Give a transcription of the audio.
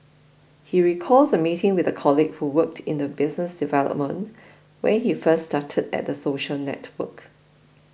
he recalls a meeting with a colleague who worked in business development when he first started at the social network